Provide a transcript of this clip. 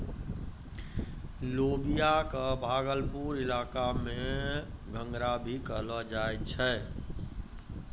लोबिया कॅ भागलपुर इलाका मॅ घंघरा भी कहलो जाय छै